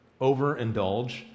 overindulge